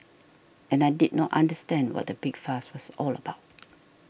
and I did not understand what the big fuss was all about